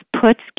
puts